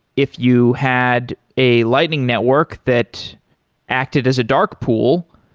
if you had a lightning network that acted as a dark pool,